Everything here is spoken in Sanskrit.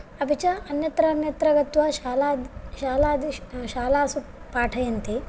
अपि च अन्यत्र अन्यत्र गत्वा शालाद् शालादि शालासु पाठयन्ति